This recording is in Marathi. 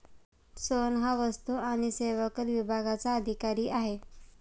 सोहन हा वस्तू आणि सेवा कर विभागाचा अधिकारी आहे